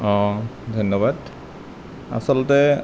অঁ ধন্যবাদ আচলতে